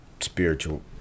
spiritual